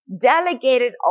delegated